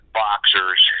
boxers